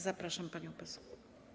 Zapraszam panią poseł.